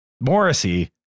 Morrissey